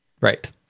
Right